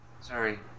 Sorry